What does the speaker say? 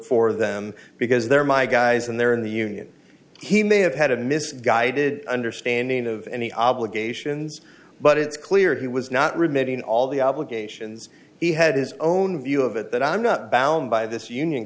for them because they're my guys and they're in the union he may have had a misguided understanding of any obligations but it's clear he was not remitting all the obligations he had his own view of it that i'm not bound by this union